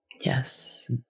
Yes